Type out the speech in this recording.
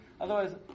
Otherwise